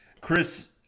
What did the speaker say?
Chris